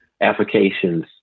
applications